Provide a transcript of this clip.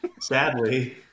Sadly